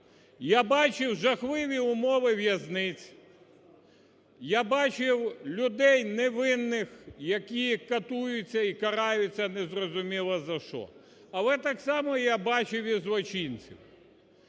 Я бачив жахливі умови в'язниць. Я бачив людей невинних, які катуються і караються незрозуміло за що, але так само, я бачив і злочинців,